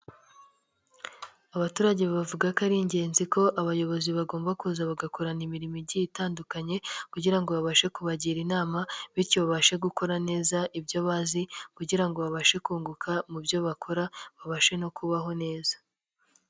Abaturage bavuga ko ari ingenzi ko abayobozi bagomba kuza bagakorana imirimo igiye itandukanye kugira ngo babashe kubagira inama, bityo babashe gukora neza ibyo bazi kugira ngo babashe kunguka mu byo bakora, babashe no kubaho neza.